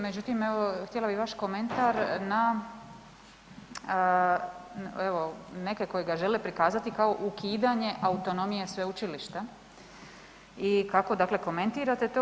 Međutim, evo htjela bi vaš komentar na evo neke koji ga žele prikazati kao ukidanje autonomije sveučilišta i kako dakle komentirate to?